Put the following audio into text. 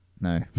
No